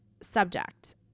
subject